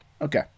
Okay